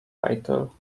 title